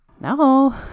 no